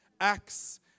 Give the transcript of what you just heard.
Acts